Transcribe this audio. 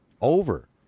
over